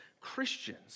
Christians